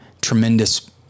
tremendous